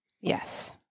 Yes